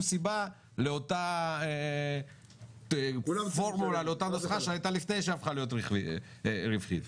סיבה לאותה נוסחה שהייתה לפני שהפכה להיות רווחית.